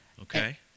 Okay